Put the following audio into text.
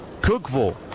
Cookville